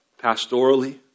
pastorally